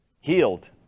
healed